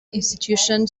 institutional